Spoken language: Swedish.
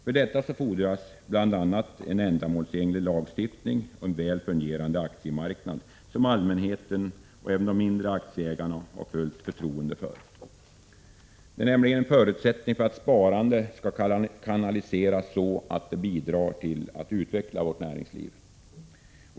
För detta fordras bl.a. en ändamålsenlig lagstiftning och en väl fungerande aktiemarknad, som allmänheten och de mindre aktieägarna har fullt förtroende för. Det är nämligen en förutsättning för att sparandet skall kanaliseras så att det bidrar till att utveckla vårt näringsliv.